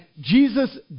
Jesus